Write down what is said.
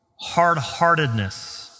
hard-heartedness